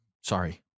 sorry